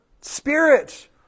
Spirit